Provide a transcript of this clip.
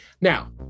Now